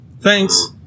Thanks